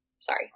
Sorry